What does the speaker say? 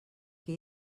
que